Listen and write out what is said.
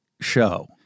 show